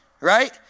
Right